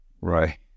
Right